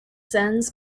sends